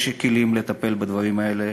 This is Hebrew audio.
יש כלים לטפל בדברים האלה.